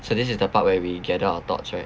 so this is the part where we gather our thoughts right